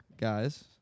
guys